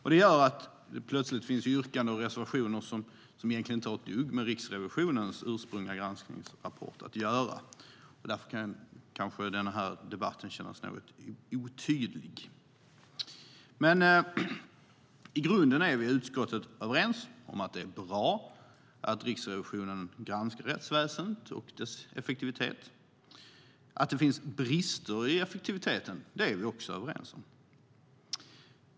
Detta gör att det plötsligt finns yrkanden och reservationer som egentligen inte har ett dugg med Riksrevisionens ursprungliga granskningsrapport att göra, och därför kan denna debatt kanske kännas något otydlig. I grunden är vi i utskottet överens om att det är bra att Riksrevisionen granskar rättsväsendet och dess effektivitet. Att det finns brister i effektiviteten är vi också överens om.